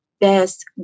best